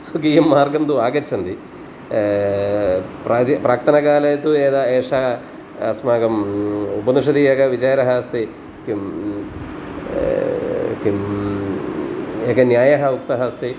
स्वकीयं मार्गं तु आगच्छन्ति प्राक् प्राक्तनकाले तु यदा एषा अस्माकम् उपनिषदि एकः विचारः अस्ति किं किम् एकः न्यायः उक्तः अस्ति